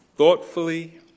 thoughtfully